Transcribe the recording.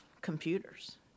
computers